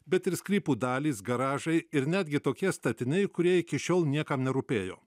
bet ir sklypų dalys garažai ir netgi tokie statiniai kurie iki šiol niekam nerūpėjo